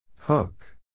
Hook